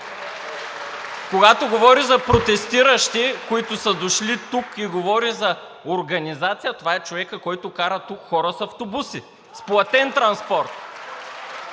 когато говориш за протестиращи, които са дошли тук, и говориш за организация, а това е човекът, който докара тук хората с автобуси с платен транспорт